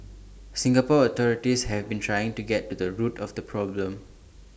Singapore authorities have been trying to get to the root of the problem